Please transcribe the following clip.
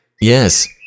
Yes